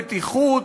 בטיחות,